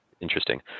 Interesting